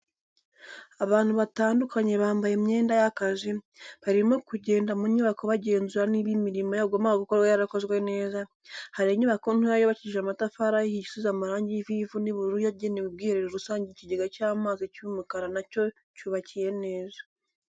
Abantu batandukanye bambaye imyenda y'akazi, barimo kugenda mu nyubako bagenzura niba imirimo yagombaga gukorwa yarakozwe neza, hari inyubako ntoya yubakishije amatafari ahiye isize amarangi y'ivu n'ubururu yagenewe ubwiherero rusange ikigega cy'amazi cy'umukara nacyo cyubakiye neza.